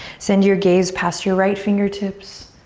send your gaze past your right fingertips.